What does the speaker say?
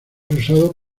usado